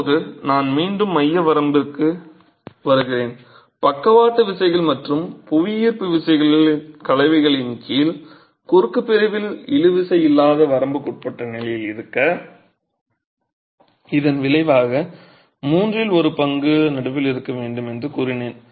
இப்போது நான் மீண்டும் மைய வரம்புக்கு வருகிறேன் பக்கவாட்டு விசைகள் மற்றும் புவியீர்ப்பு விசைகளின் கலவையின் கீழ் குறுக்கு பிரிவில் இழு விசை இல்லாத வரம்புக்குட்பட்ட நிலையில் இருக்க இதன் விளைவாக மூன்றில் ஒரு பங்கு நடுவில் இருக்க வேண்டும் என்று கூறினேன்